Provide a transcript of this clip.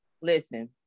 Listen